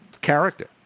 character